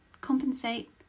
compensate